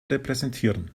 repräsentieren